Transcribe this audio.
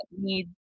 need